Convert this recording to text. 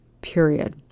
period